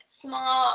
small